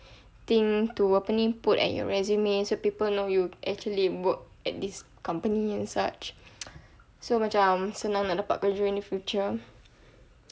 thing to apa ni put at your resume so people know you actually work at this company and such so macam senang nak dapat kerja in the future